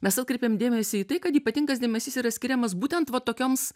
mes atkreipėm dėmesį į tai kad ypatingas dėmesys yra skiriamas būtent va tokioms